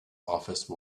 office